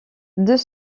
deux